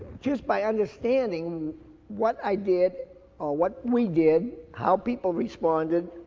just by understanding what i did, or what we did. how people responded.